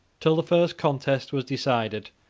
till the first contest was decided,